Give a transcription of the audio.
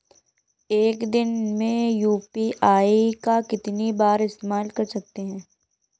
एक दिन में यू.पी.आई का कितनी बार इस्तेमाल कर सकते हैं?